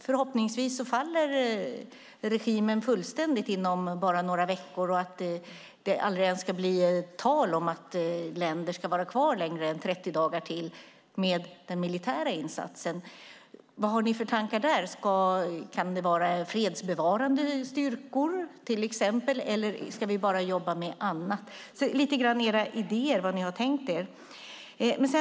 Förhoppningsvis faller regimen fullständigt inom bara några veckor och det ska aldrig ens bli tal om att länder ska vara kvar längre än 30 dagar till med den militära insatsen. Vad har ni för tankar där? Kan det vara fredsbevarande styrkor till exempel eller ska vi bara jobba med annat? Lite grann efterfrågar jag era idéer, vad ni har tänkt er.